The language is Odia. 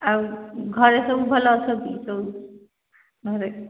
ଆଉ ଘରେ ସବୁ ଭଲ ଅଛନ୍ତି ସବୁ ଘରେ